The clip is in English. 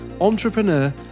entrepreneur